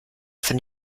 von